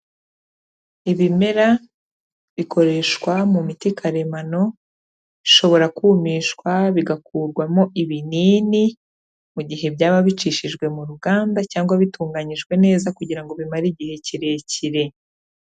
Ibimera bikoreshwa mu miti karemano, bishobora kumishwa bigakurwamo ibinini mu gihe byaba bicishijwe mu ruganda cyangwa bitunganyijwe neza kugira ngo bimare igihe kirekire.